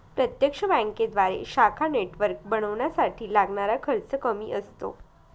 प्रत्यक्ष बँकेद्वारे शाखा नेटवर्क बनवण्यासाठी लागणारा खर्च कमी असतो